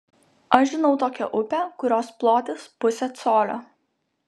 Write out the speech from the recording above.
aš žinau tokią upę kurios plotis pusė colio